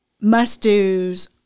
must-dos